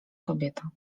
kobieta